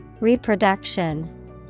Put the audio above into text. Reproduction